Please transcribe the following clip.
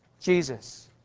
Jesus